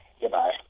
Goodbye